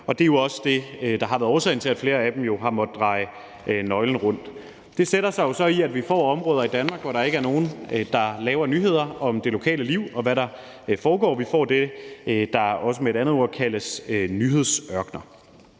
Og det er jo også det, der har været årsagen til, at flere af dem har måttet dreje nøglen rundt. Det sætter sig jo så i, at vi får områder i Danmark, hvor der ikke er nogen, der laver nyheder om det lokale liv, og hvad der foregår. Vi får det, der også med et andet ord kaldes nyhedsørkener.